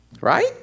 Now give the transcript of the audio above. Right